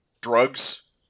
Drugs